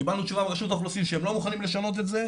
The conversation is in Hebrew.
קיבלנו תשובה מרשות האוכלוסין שהם לא מוכנים לשנות את זה,